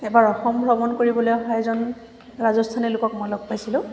এবাৰ অসম ভ্ৰমণ কৰিবলৈ অহা এজন ৰাজস্থানী লোকক মই লগ পাইছিলোঁ